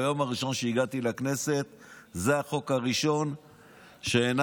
ביום הראשון שהגעתי לכנסת זה החוק הראשון שהנחתי.